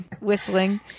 whistling